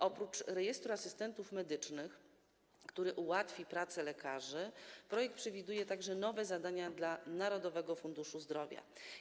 Oprócz Rejestru Asystentów Medycznych, który ułatwi pracę lekarzy, projekt przewiduje także nowe zadania dla Narodowego Funduszu Zdrowia.